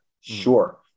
Sure